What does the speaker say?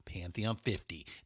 Pantheon50